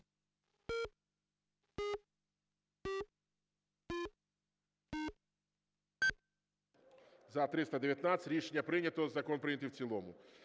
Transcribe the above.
За-319 Рішення прийнято. Закон прийнятий в цілому.